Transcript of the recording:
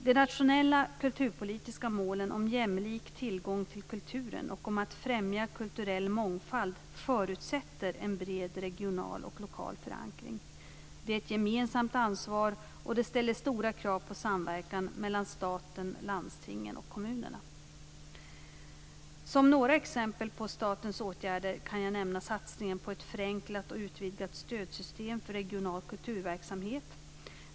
De nationella kulturpolitiska målen om jämlik tillgång till kulturen och om att främja kulturell mångfald förutsätter en bred regional och lokal förankring. Det är ett gemensamt ansvar, och det ställer stora krav på samverkan mellan staten, landstingen och kommunerna. Som några exempel på statens åtgärder kan jag nämna satsningen på ett förenklat och utvidgat stödsystem för regional kulturverksamhet.